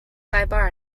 sidebar